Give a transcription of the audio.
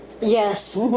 Yes